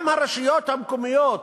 גם הרשויות המקומיות,